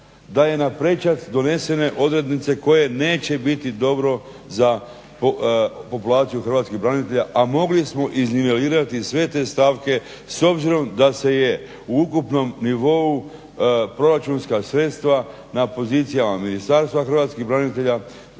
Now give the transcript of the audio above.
da je naprečac donesene odrednice koje neće biti dobre za populaciju hrvatskih branitelja, a mogli smo iznivelirati sve te stavke s obzirom da se je u ukupnom nivou proračunska sredstva na pozicijama Ministarstva hrvatskih branitelja,